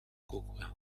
kukłę